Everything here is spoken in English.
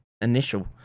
initial